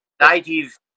native